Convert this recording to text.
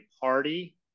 party